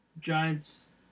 Giants